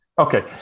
Okay